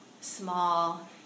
small